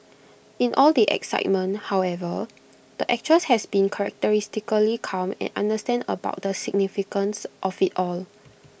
in all the excitement however the actress has been characteristically calm and understated about the significance of IT all